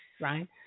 right